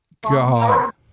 God